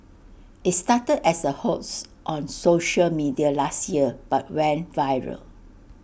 IT started as A hoax on social media last year but went viral